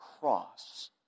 cross